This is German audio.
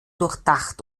durchdacht